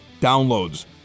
downloads